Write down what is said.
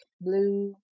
blue